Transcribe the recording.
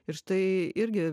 ir štai irgi